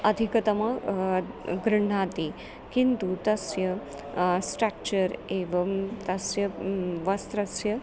अधिकतमं गृह्णाति किन्तु तस्य स्ट्रक्चर् एवं तस्य वस्त्रस्य